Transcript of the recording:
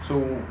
so